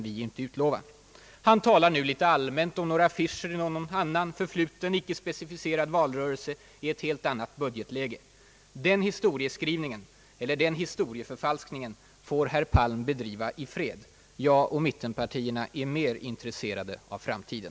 I stället talar nu herr Palm allmänt om affischer i någon förfluten, icke specificerad valrörelse i ett troligen helt annat budgetläge. Den historieskrivningen — eller historieförfalskningen — får herr Palm bedriva i fred. Vi i mittenpartierna är mer intresserade av framtiden.